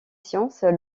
sciences